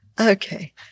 Okay